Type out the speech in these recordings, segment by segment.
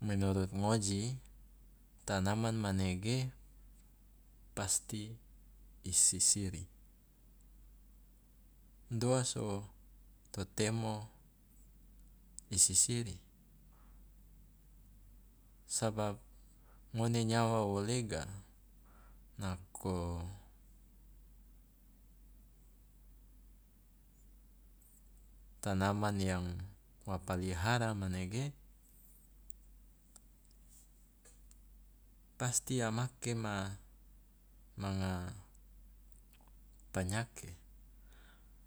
Menurut ngoji tanaman manege pasti i sisiri, doa so to temo i sisiri? Sabab ngone nyawa o lega nako tanaman yang wa palihara manege pasti a make ma manga panyake,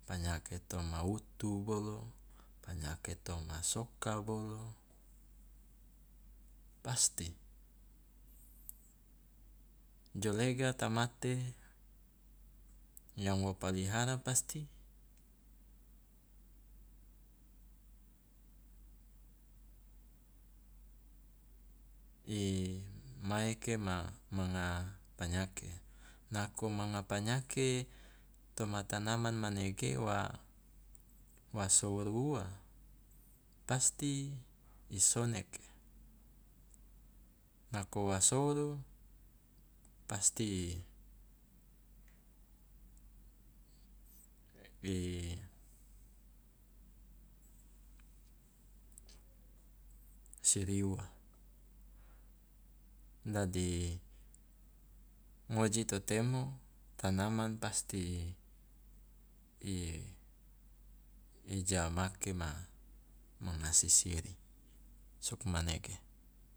panyake toma utu bolo, panyake toma soka bolo, pasti. Jo lega tamate yang wo palihara pasti maeke ma manga panyake nako manga panyake toma tanaman manege wa wa souru ua pasti i soneke, nako wa souru siri ua, dadi ngoji to temo tanaman pasti i i ja make ma manga sisiri, sugmanege.